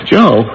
Joe